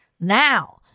now